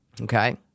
okay